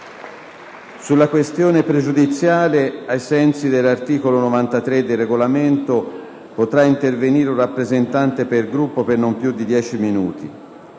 sulla questione pregiudiziale, ai sensi dell'articolo 93 del Regolamento, potrà intervenire un rappresentante per Gruppo per non più di 10 minuti.